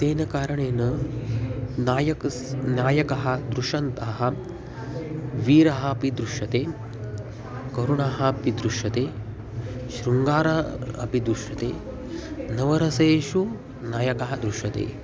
तस्मात् कारणानत् नायकः नायकः दुश्यन्तः वीरः अपि दृश्यते करुणः अपि दृश्यते शृङ्गारः अपि दृश्यते नवरसेषु नायकः दृश्यते